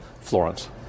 Florence